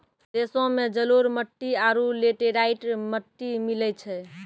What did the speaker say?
देशो मे जलोढ़ मट्टी आरु लेटेराइट मट्टी मिलै छै